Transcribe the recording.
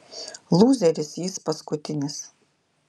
lūzeris jis paskutinis